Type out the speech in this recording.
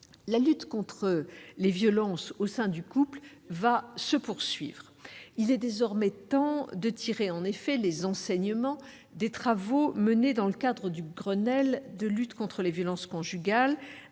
La lutte contre les violences au sein du couple va se poursuivre. Il est désormais temps de tirer les enseignements des travaux menés dans le cadre du Grenelle contre les violences conjugales,